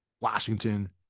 Washington